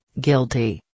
Guilty